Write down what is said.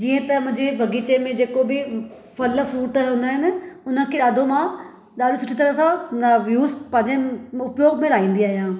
जीअं त मुंहिंजे बाग़ीचे जेको बि फल फ्रूट हूंदा आहिनि हुन खे ॾाढो मां ॾाढो सुठी तरह सां यूस पंहिंजे उपयोग में लाहींदी आहियां